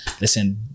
Listen